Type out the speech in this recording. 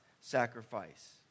sacrifice